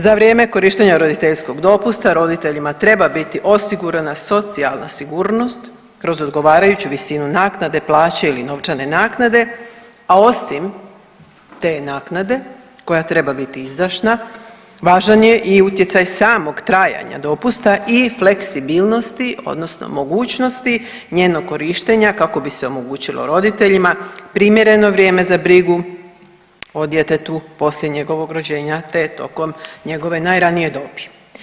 Za vrijeme korištenja roditeljskog dopusta roditeljima treba biti osigurana socijalna sigurnost kroz odgovarajuću visinu naknade, plaće ili novčane naknade, a osim te naknade koja treba biti izdašna važan je i utjecaj samog trajanja dopusta i fleksibilnosti odnosno mogućnosti njenog korištenja kako bi se omogućilo roditeljima primjereno vrijeme za brigu o djetetu poslije njegovog rođenja te tokom njegove najranije dobi.